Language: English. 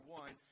one